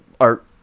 art